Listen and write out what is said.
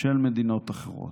של מדינות אחרות.